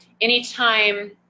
Anytime